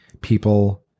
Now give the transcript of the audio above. people